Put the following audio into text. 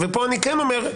וכאן אני כן אומר,